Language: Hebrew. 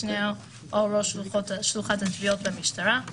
של משנהו או של ראש שלוחת התביעות במשטרה,